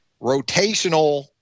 rotational